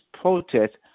protest